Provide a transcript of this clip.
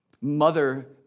mother